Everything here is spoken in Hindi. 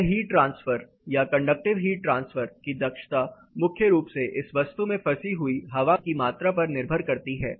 यह हीट ट्रांसफर या कंडक्टिव हीट ट्रांसफर की दक्षता मुख्य रूप से इस वस्तु में फंसी हुई हवा की मात्रा पर निर्भर करती है